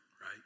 right